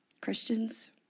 Christians